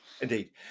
Indeed